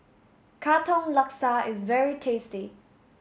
Katong Laksa is very tasty